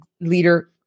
leader